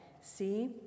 See